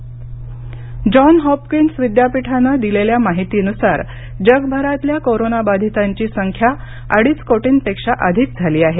जग covid John Hopkins विद्यापीठानं दिलेल्या माहितीनुसार जगभरातल्या कोरोनाबाधितांची संख्या अडीच कोटींपेक्षा अधिक झाली आहे